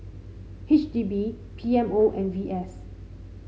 H D B P M O and V S